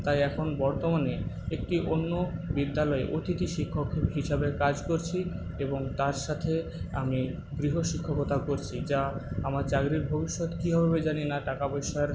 তাই এখন বর্তমানে একটি অন্য বিদ্যালয়ে অতিথি শিক্ষক হিসাবে কাজ করছি এবং তার সাথে আমি গৃহশিক্ষকতাও করছি যা আমার চাকরির ভবিষ্যৎ কি হবে জানি না টাকা পয়সার